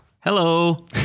hello